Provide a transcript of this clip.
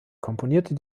komponierte